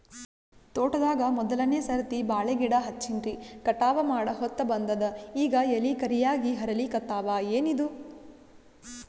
ತೋಟದಾಗ ಮೋದಲನೆ ಸರ್ತಿ ಬಾಳಿ ಗಿಡ ಹಚ್ಚಿನ್ರಿ, ಕಟಾವ ಮಾಡಹೊತ್ತ ಬಂದದ ಈಗ ಎಲಿ ಕರಿಯಾಗಿ ಹರಿಲಿಕತ್ತಾವ, ಏನಿದು?